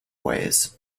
ways